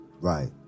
Right